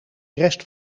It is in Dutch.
rest